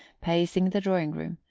pacing the drawing-room,